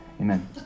Amen